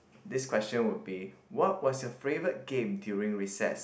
this question would be what was your favourite game during recess